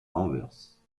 anvers